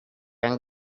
and